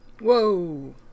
Whoa